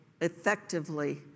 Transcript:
effectively